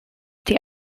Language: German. die